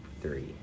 three